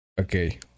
okay